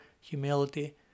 humility